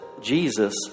Jesus